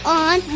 on